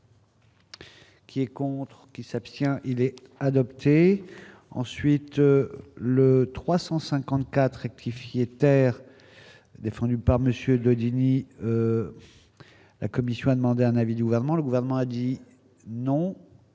Qui est contre qui s'abstient, il est adopté, ensuite le 354 rectifier terre. Défendu par Monsieur Daudigny, la Commission a demandé un avis du gouvernement, le gouvernement a dit non